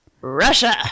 Russia